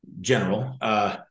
general